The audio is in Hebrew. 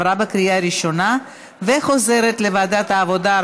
לוועדת העבודה,